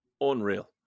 Unreal